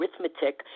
arithmetic